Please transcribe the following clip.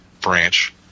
branch